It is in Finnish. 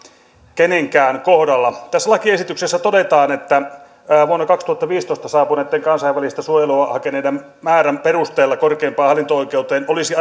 kenenkään kohdalla tässä lakiesityksessä todetaan että vuonna kaksituhattaviisitoista saapuneitten kansainvälistä suojelua hakeneiden määrän perusteella korkeimpaan hallinto oikeuteen olisi